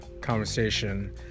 conversation